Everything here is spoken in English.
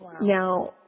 Now